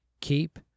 keep